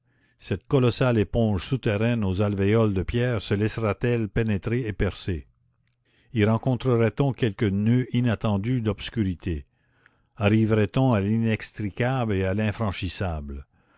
cette colossale éponge souterraine aux alvéoles de pierre se laisserait elle pénétrer et percer y rencontrerait on quelque noeud inattendu d'obscurité arriverait on à l'inextricable et à l'infranchissable